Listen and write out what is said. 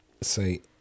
say